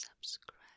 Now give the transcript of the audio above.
subscribe